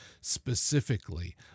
specifically